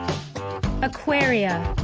aquarium.